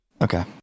Okay